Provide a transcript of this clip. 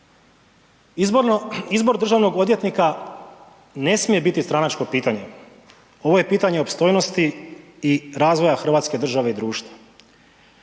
Izbor državnog odvjetnika ne smije biti stranačko pitanje, ovo je pitanje opstojnosti i razvoja Hrvatske države i društva.